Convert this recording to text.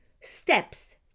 steps